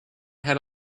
had